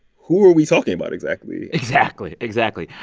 who are we talking about exactly? exactly, exactly.